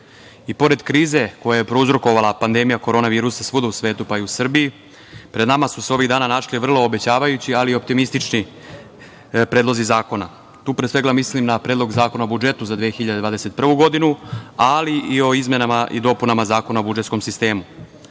i pored krize koju je prouzrokovala pandemija korona virusa svuda u svetu, pa i u Srbiji, pred nama su se ovih dana našli vrlo obećavajući, ali i optimistični predlozi zakona. Tu pre svega mislim na Predlog zakona o budžetu za 2021. godinu, ali i o izmenama i dopunama Zakona o budžetskom sistemu. Ovim